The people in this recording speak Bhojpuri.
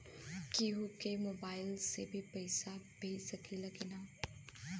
केहू के मोवाईल से भी पैसा भेज सकीला की ना?